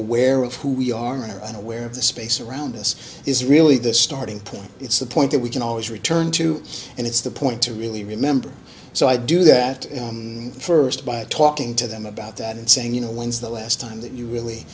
aware of who we are unaware of the space around us is really the starting point it's the point that we can always return to and it's the point to really remember so i do that first by talking to them about that and saying you know when's the last time that you really